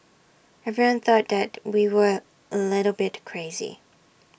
everyone thought that we were A little bit crazy